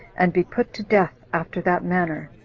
and be put to death after that manner.